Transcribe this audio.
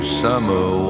summer